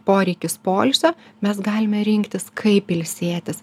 poreikis poilsio mes galime rinktis kaip ilsėtis